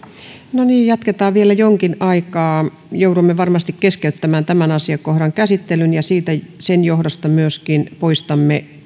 no niin jatketaan vielä jonkin aikaa joudumme varmasti keskeyttämään tämän asiakohdan käsittelyn ja sen johdosta myöskin poistamme